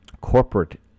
corporate